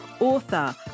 author